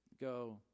go